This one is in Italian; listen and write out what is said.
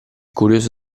curioso